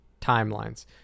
timelines